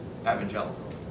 evangelical